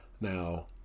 Now